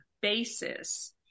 basis